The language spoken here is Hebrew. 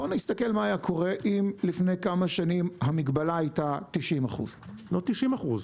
בוא נסתכל מה היה קורה אם לפני כמה שנים המגבלה הייתה 90%. לא 90%,